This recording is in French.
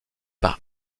par